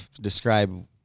Describe